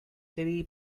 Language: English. chili